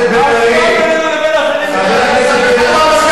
אבל, חבר הכנסת בן-ארי, חבר הכנסת בן-ארי,